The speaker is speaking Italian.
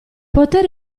poter